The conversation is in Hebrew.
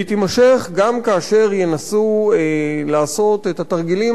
והיא תימשך גם כאשר ינסו לעשות את התרגילים